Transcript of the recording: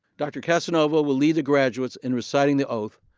dr. casanova will lead the graduates in reciting the oath,